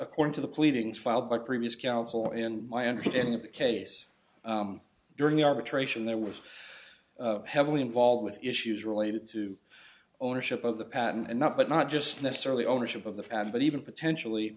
according to the pleadings filed by previous counsel and my understanding of the case during the arbitration there was heavily involved with issues related to ownership of the patent and not but not just necessarily ownership of the pan but even potentially